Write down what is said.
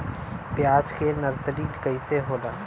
प्याज के नर्सरी कइसे होला?